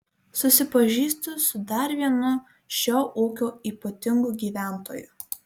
susipažįstu su dar vienu šio ūkio ypatingu gyventoju